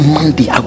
Monday